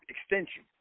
extension